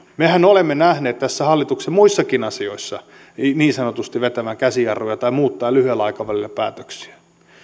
mehän olemme nähneet hallituksen muissakin asioissa niin niin sanotusti vetävän käsijarrua tai muuttavan lyhyellä aikavälillä päätöksiään